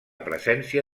presència